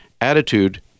attitude